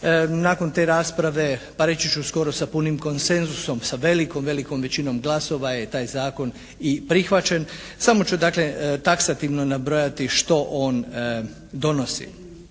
Nakon te rasprave pa reći ću skoro sa punim koncenzusom, sa velikom, velikom većinom glasova je taj zakon i prihvaćen. Samo ću dakle taksativno nabrojati što on donosi.